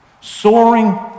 soaring